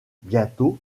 bientôt